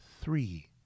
three